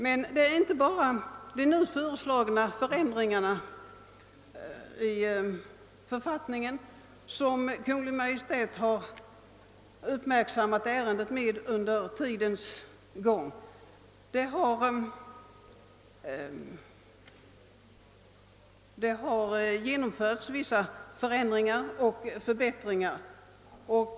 Men det är inte bara genom de nu föreslagna förändringarna i författningen som Kungl. Maj:t har ägnat ärendet sin uppmärksamhet under den tid som gått. Vissa förändringar och förbättringar har genomförts.